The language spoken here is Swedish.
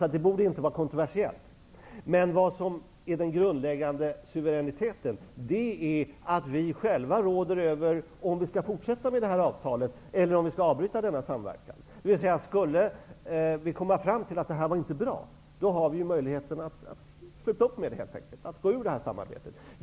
Det borde inte vara kontroversiellt. Den grundläggande suveräniteten är att vi själva bestämmer om vi skall fortsätta med avtalet eller avbryta denna samverkan. Om vi skulle komma fram till att det inte är bra har vi möjlighet att gå ur samarbetet.